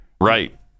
Right